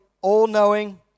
all-knowing